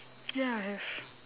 ya I have